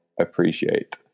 appreciate